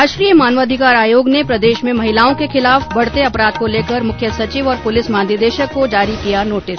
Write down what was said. राष्ट्रीय मानवाधिकार आयोग ने प्रदेश में महिलाओं के खिलाफ बढ़ते अपराध को लेकर मुख्य सचिव और पुलिस महानिदेशक को जारी किया नोटिस